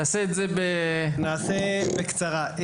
בקצרה,